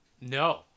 no